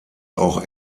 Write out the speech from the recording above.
auch